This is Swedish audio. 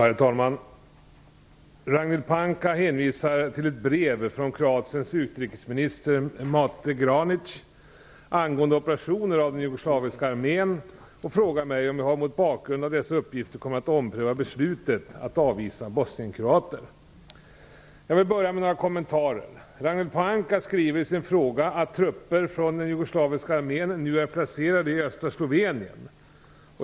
Fru talman! Ragnhild Pohanka hänvisar till ett brev från Kroatiens utrikesminister Mate Granic angående operationer av den jugoslaviska armén och frågar mig om jag mot bakgrund av dessa uppgifter kommer att ompröva beslutet att avvisa bosnienkroater. Jag vill börja med några kommentarer. Ragnhild Pohanka skriver i sin fråga att trupper från den jugoslaviska armén nu är placerade i östra Slovenien.